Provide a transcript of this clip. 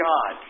God